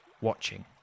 watching